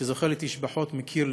שזוכה לתשבחות מקיר לקיר.